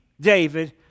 David